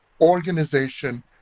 organization